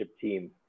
team